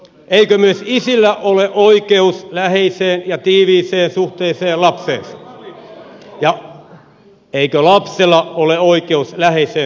eikö myös isillä ole oikeus läheiseen ja tiiviiseen suhteeseen lapseensa ja eikö lapsella ole oikeus läheiseen suhteeseen myös isäänsä